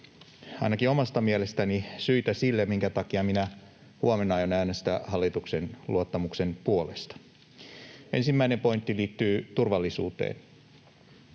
ainakin omasta mielestäni ne ovat — syitä siihen, minkä takia minä huomenna aion äänestää hallituksen luottamuksen puolesta. Ensimmäinen pointti liittyy turvallisuuteen.